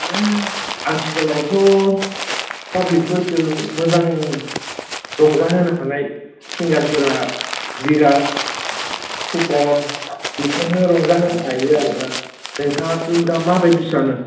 ओं आथिखालावथ' पाब्लिकफोरखौ मोजां रंजाहोनो हानाय सिंगारफोरा बिराज फुखन बिसोरनो रंजा होनो हायो आरो ना नोंथाङासो दा माबायदि सानो